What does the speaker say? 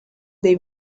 they